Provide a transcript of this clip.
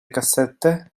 cassette